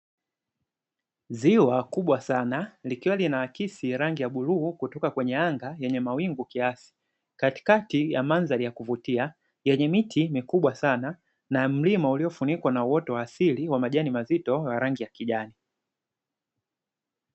Ziwa kubwa sana likiwa linaakisi rangi ya buluu, kutoka kwenye anga yenye mawingu kiasi. Katikati ya mandhari ya kuvutia yenye miti mikubwa sana na mlima uliyofunikwa na uoto wa asili wa majani mazito ya rangi ya kijani.